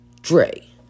Dre